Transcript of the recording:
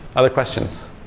other questions?